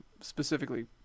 specifically